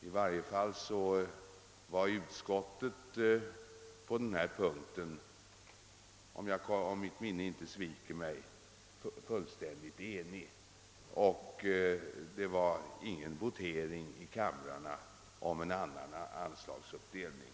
I varje fall var utskottet såvitt jag kan minnas på denna punkt fullständigt enigt, och det förekom inte heller någon votering i kamrarna om någon annan anslagsfördelning.